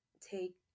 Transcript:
take